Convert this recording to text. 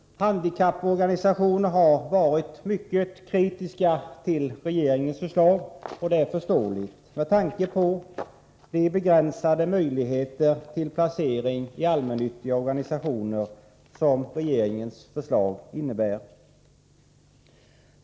Handikapporganisationer har varit mycket kritiska till regeringens förslag, och det förstår vi, med tanke på de begränsade möjligheter till placering i allmännyttiga organisationer som regeringens förslag innebär.